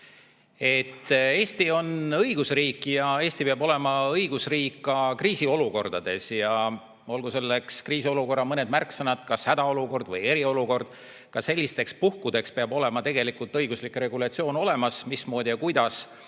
Eesti on õigusriik ja Eesti peab olema õigusriik ka kriisiolukordades. Olgu kriisiolukorra märksõna kas hädaolukord või eriolukord – ka sellisteks puhkudeks peab olema õiguslik regulatsioon, mismoodi ja kuidas